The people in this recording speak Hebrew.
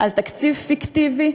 על תקציב פיקטיבי,